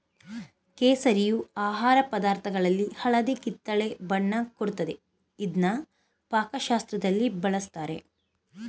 ಕೇಸರಿಯು ಆಹಾರ ಪದಾರ್ಥದಲ್ಲಿ ಹಳದಿ ಕಿತ್ತಳೆ ಬಣ್ಣ ಕೊಡ್ತದೆ ಇದ್ನ ಪಾಕಶಾಸ್ತ್ರದಲ್ಲಿ ಬಳುಸ್ತಾರೆ